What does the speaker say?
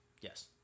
yes